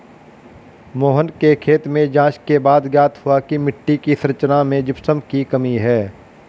मोहन के खेत में जांच के बाद ज्ञात हुआ की मिट्टी की संरचना में जिप्सम की कमी है